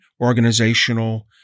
organizational